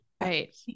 Right